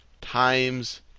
times